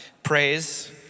Praise